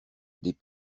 des